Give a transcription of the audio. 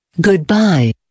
Goodbye